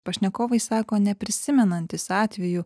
pašnekovai sako neprisimenantys atvejų